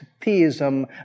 theism